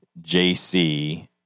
JC